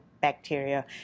bacteria